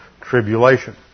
tribulation